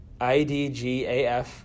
IDGAF